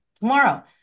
tomorrow